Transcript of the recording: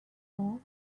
role